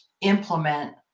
implement